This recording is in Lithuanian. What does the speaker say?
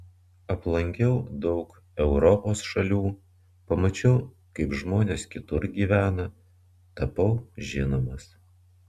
aplankiau daug europos šalių pamačiau kaip žmonės kitur gyvena tapau žinomas